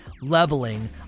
leveling